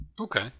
okay